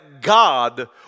God